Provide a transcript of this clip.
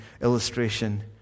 illustration